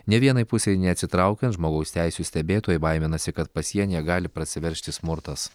nė vienai pusei neatsitraukiant žmogaus teisių stebėtojai baiminasi kad pasienyje gali prasiveržti smurtas